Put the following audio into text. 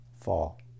fall